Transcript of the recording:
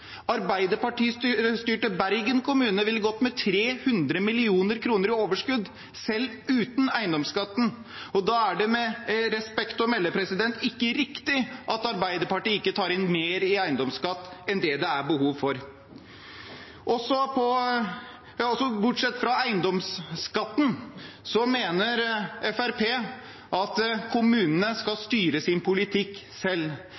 Bergen kommune ville ha gått med 300 mill. kr i overskudd selv uten eiendomsskatten. Da er det med respekt å melde ikke riktig at Arbeiderpartiet ikke tar inn mer i eiendomsskatt enn det det er behov for. Også bortsett fra eiendomsskatten mener Fremskrittspartiet at kommunene skal styre sin politikk selv.